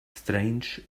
strange